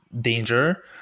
danger